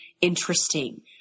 interesting